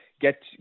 get